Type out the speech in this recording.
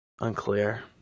Unclear